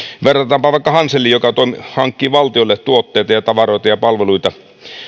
verrataanpa vaikka hanseliin joka hankkii valtiolle tuotteita ja tavaroita ja palveluita